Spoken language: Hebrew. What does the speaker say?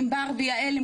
ענבר ויעל,